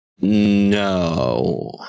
No